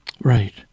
Right